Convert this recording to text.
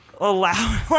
allow